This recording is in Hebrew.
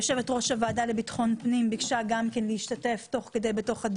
יו"ר הוועדה לביטחון פנים ביקשה גם כן להשתתף בדיונים.